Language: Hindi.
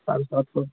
साढ़े सात सौ